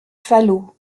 falot